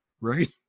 right